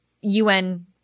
UN